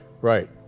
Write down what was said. right